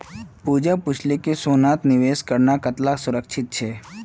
पूजा पूछले कि सोनात निवेश करना कताला सुरक्षित छे